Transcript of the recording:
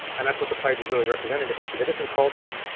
and that's what the pages really represent in davinci. the different cultures.